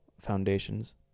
foundations